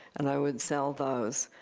and i would sell those.